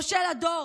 משה לדור,